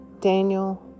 Daniel